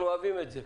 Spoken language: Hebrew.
אנחנו אוהבים את זה.